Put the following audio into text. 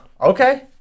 Okay